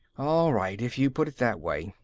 all right, if you put it that way.